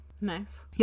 Nice